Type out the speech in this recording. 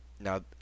Now